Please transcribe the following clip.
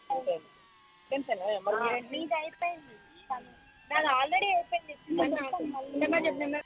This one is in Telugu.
సరే టెన్షన్ లేదమ్మ మీది అయిపోయి నాది ఆల్రెడీ అయిపోయింది నెంబర్ చెప్పు నెంబర్ చెప్పు